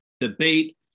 debate